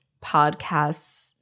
podcast's